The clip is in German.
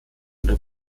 oder